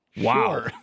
Wow